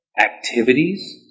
activities